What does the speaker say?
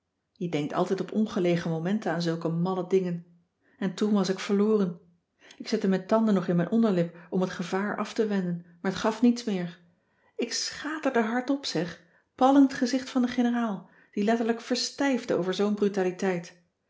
je denkt altijd op ongelegen momenten aan zulke malle dingen en toen was ik verloren ik zette mijn tanden nog in mijn onderlip om t gevaar af te wenden maar t gaf niets meer ik schaterde hardop zeg pal in t gezicht van de generaal die letterlijk verstijfde over zoo'n brutaliteit